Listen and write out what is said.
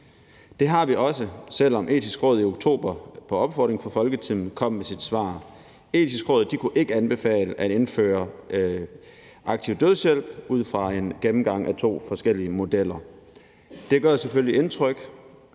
Det har vi også behov for, selv om Det Etiske Råd i oktober på opfordring fra Folketinget kom med sit svar. Det Etiske Råd kunne ikke anbefale at indføre aktiv dødshjælp ud fra en gennemgang af to forskellige modeller. Det gør selvfølgelig indtryk.